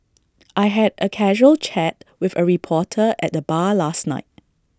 I had A casual chat with A reporter at the bar last night